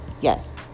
Yes